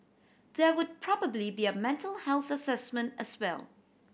there would probably be a mental health assessment as well